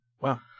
Wow